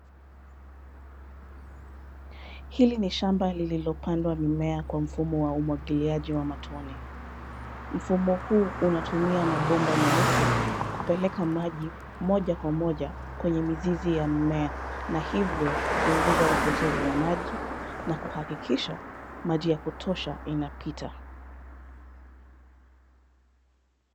Hili ni shamba lililopandwa mimea kwa mfumo wa umwagiliaji wa matone. Mfumo huu unatumia mabomba meusi kupeleka maji moja kwa moja kwenye mzizi ya mimea na hivyo kupunguza upotevu wa maji na kuhakikisha maji ya kutosha inapita.